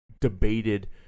debated